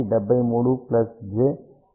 5 కి సమానం